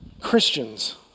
Christians